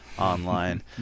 Online